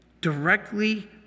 directly